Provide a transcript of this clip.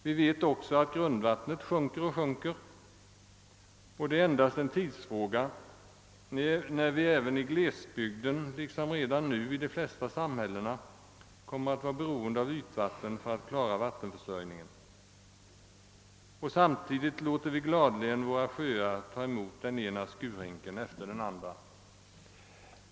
Vi vet också att grundvattnet sjunker och sjunker, Det är endast en tidsfråga när vi även i glesbygden, liksom redan nu i de flesta samhällen, kommer att vara beroende av ytvatten för att klara vattenförsörjningen. Samtidigt låter vi gladeligen våra sjöar ta emot den ena skurhinken efter den andra.